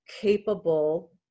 capable